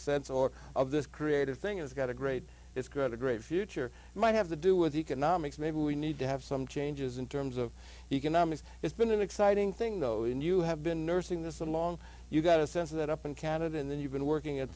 sense or of this creative thing it's got a great it's got a great future might have to do with economics maybe we need to have some changes in terms of economics it's been an exciting thing though and you have been nursing this along you've got a sense that up in canada and then you've been working at